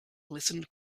listened